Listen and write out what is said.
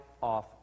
off